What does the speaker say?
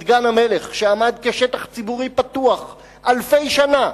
גן-המלך שעמד כשטח ציבורי פתוח אלפי שנה,